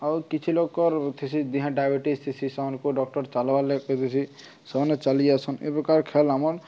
ଆଉ କିଛି ଲୋକର ଥିସି ଯାହାର୍ ଡାଇବେଟିସ୍ ଥିସି ସେମାନଙ୍କୁ ଡକ୍ଟର ଚାଲବାର୍ କହିଥିସି ସେମାନେ ଚାଲି ଯାଇସନ୍ ଏପ୍ରକାର ଖେଲ୍ ଆମର